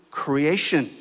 creation